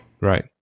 Right